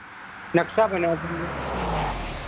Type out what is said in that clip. नक्सा बना देंगे